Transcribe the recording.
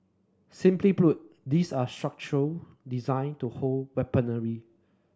simply put these are structure designed to hold weaponry